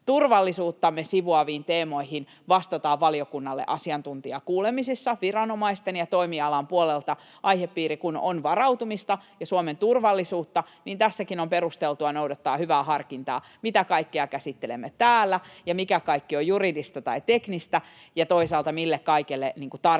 turvallisuuttamme sivuaviin teemoihin vastataan valiokunnalle asiantuntijakuulemisissa viranomaisten ja toimialan puolelta. Kun aihepiiri on varautumista ja Suomen turvallisuutta, niin tässäkin on perusteltua noudattaa hyvää harkintaa, mitä kaikkea käsittelemme täällä ja mikä kaikki on juridista tai teknistä ja toisaalta, mille kaikelle tarkemman